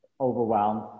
overwhelmed